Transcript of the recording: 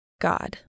God